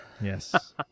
Yes